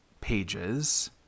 pages